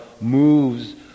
moves